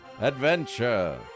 Adventure